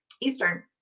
Eastern